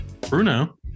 Bruno